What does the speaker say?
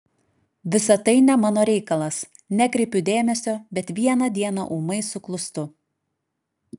visa tai ne mano reikalas nekreipiu dėmesio bet vieną dieną ūmai suklūstu